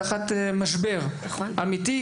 תחת משבר אמיתי,